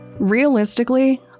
Realistically